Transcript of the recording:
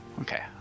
okay